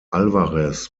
alvarez